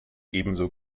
ebenso